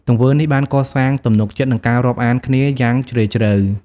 ទង្វើនេះបានកសាងទំនុកចិត្ត និងការរាប់អានគ្នាយ៉ាងជ្រាលជ្រៅ។